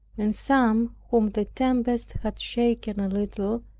and some whom the tempest has shaken a little,